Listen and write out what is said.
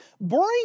Bring